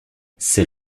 c’est